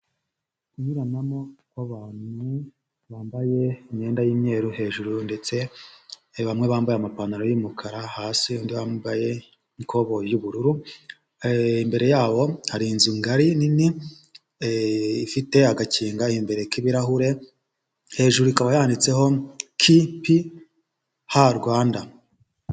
Kunyuranamo kwabantu bambaye imyenda y'umweru hejuru ndetse bamwe bambaye amapantaro y'umukara hasi, undi wambaye ikobo y'ubururu, imbere yabo hari inzu ngari nini, ifite agakinga imbere k'ibirahure, hejuru ikaba yanditseho kipiha Rwanda.